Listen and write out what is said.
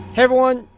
everyone.